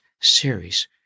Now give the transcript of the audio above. series